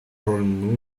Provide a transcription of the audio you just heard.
porn